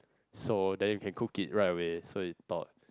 so then we can cook it right with so you thought